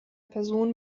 personen